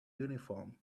uniform